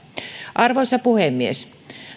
arvoisa puhemies